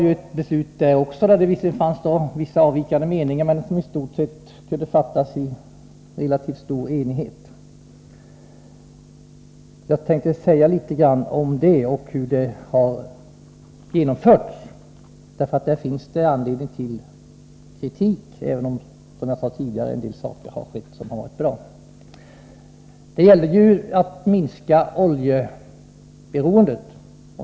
Det fanns visserligen vissa avvikande meningar när beslutet fattades, men det gick ändå igenom i relativt stor enighet. Jag vill säga litet grand om detta beslut och om hur det har genomförts. I det avseendet finns det nämligen anledning till kritik, även om det, som jag sade, har skett en del som är bra. Det gällde ju att minska oljeberoendet.